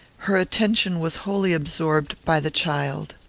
her attention was wholly absorbed by the child.